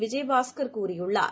விஜயபாஸ்கர் கூறியுள்ளார்